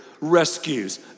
rescues